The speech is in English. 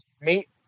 meet